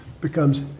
becomes